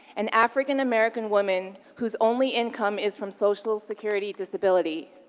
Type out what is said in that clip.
an african american woman whose only income is from social security disability.